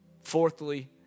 fourthly